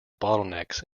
bottlenecks